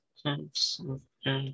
Okay